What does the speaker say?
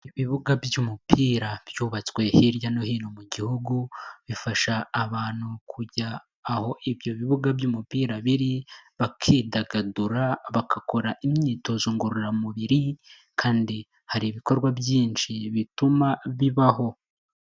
Ibibuga by'umupira byubatswe hirya no hino mu gihugu, bifasha abantu kujya aho ibyo bibuga by'umupira biri, bakidagadura, bagakora imyitozo ngororamubiri kandi hari ibikorwa byinshi bituma bibaho.